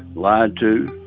lied to.